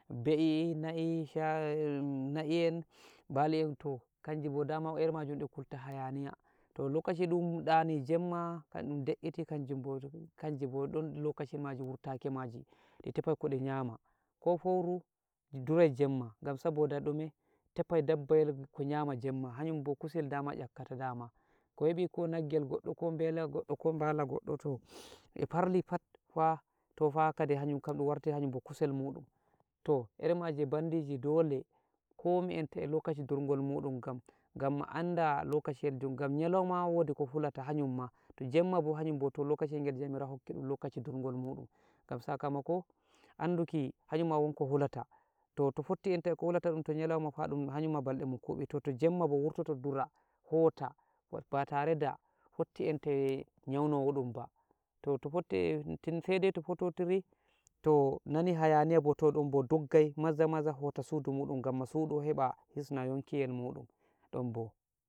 be'i na'i shaa na'i en bali'en to kanjibo dama iri majun di kulta hayaniya, to lokaci ɗun ɗani jemma kan ɗun de'iiti kanjunbo kanjibo ɗon lokaci majun wurtaki maji, ɗi tefai koɗi nyama. Ko fowru durai jemma, gam saboda ɗume? tefai dabbayel ko nyama jemma hayunbo kusel dama yakkata dama ko hebi ko naggel goɗɗo ko bela goɗɗo ko bala goɗɗo to e farli fat fa tofa kaɗi hayun kam ɗun warti hanyunbo kusel muɗun. Toh iri maji e bandiji dole komi enta e lokaci durgul muɗun gam gam anda lokaci yel du- gam nyalauma wodi ko hulata hayunma, jemma bo hayunbo lokashiyel gel jomirawo hokki ɗun lokaci durgol muɗun. Gam sakamako anduki hayunma won ko hulata to to fotti enta e ko hulata ɗun to nyalauma fa hayunma balɗe mun kuɓi, to to jemma bo wurtoto dura hota ba tare da fotti enta e nyaunowadun ba, to to fotti sai dai to fototiri to nani hayaniya bo to don bo doggai maza-maza hota sudu muɗum gamma sudo heɓa hisna yonkiyel muɗun ɗomɓo.